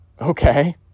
okay